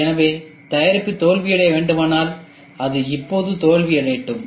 எனவே தயாரிப்பு தோல்வியடைய வேண்டுமானால் அது இப்போது தோல்வியடையட்டும்